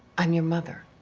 i'm your mother.